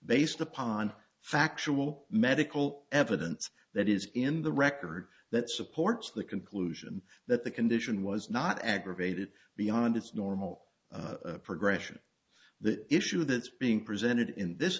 based upon factual medical evidence that is in the record that supports the conclusion that the condition was not aggravated beyond its normal progression the issue that's being presented in this